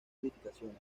edificaciones